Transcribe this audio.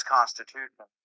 Constitution